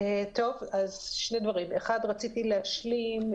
רציתי להשלים.